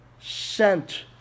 sent